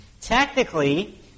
Technically